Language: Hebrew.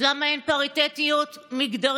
אז למה אין גם פריטטיות מגדרית?